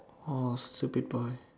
oh stupid boy